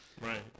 Right